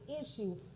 issue